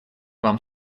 вам